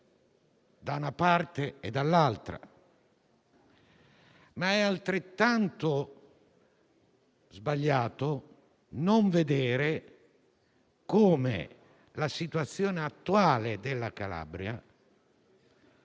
da una parte e dall'altra. È, tuttavia, altrettanto sbagliato non vedere che la situazione attuale della Calabria,